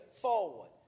forward